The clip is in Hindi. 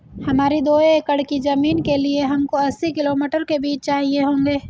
हमारी दो एकड़ की जमीन के लिए हमको अस्सी किलो मटर के बीज चाहिए होंगे